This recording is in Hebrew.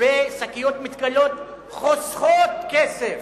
ושקיות מתכלות חוסכות כסף.